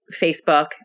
Facebook